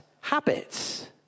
habits